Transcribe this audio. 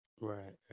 Right